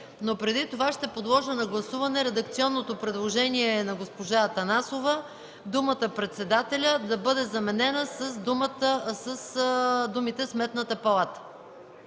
но преди това ще подложа на гласуване редакционното предложение на госпожа Атанасова думата „председателя” да бъде заменена с думите „Сметната палата”.